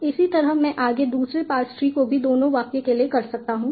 इसी तरह मैं आगे दूसरे पार्स ट्री को भी दोनों वाक्यों के लिए कर सकता हूं